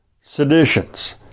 seditions